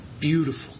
beautiful